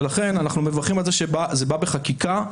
ולכן אנחנו מברכים שזה בא בחקיקה,